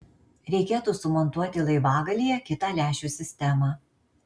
reikėtų sumontuoti laivagalyje kitą lęšių sistemą